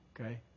Okay